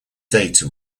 data